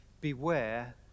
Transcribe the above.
beware